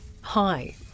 Hi